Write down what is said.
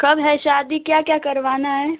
कब है शादी क्या क्या करवाना है